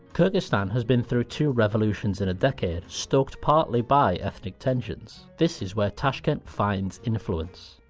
kyrgyzstan has been through two revolutions in a decade, stoked partly by ethnic tensions. this is where tashkent finds influence.